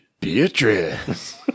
Beatrice